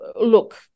Look